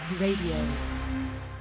Radio